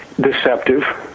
deceptive